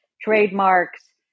trademarks